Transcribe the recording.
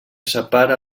separa